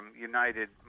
united